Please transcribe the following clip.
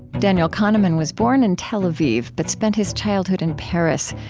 daniel kahneman was born in tel aviv but spent his childhood in paris,